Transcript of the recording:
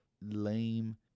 Lame